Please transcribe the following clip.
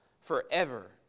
forever